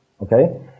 Okay